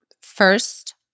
first